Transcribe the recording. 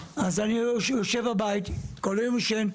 אני חושב שזה יכול להיות טוב אם נמצא איזה שהוא הסדר,